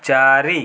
ଚାରି